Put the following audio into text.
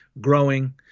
growing